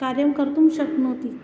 कार्यं कर्तुं शक्नोति